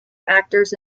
actors